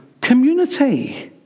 community